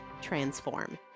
transform